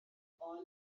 اون